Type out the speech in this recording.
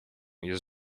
jest